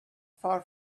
far